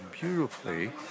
beautifully